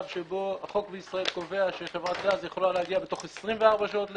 החוק בישראל קובע שחברת גז יכולה להגיע בתוך 24 שעות לאירוע.